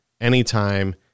anytime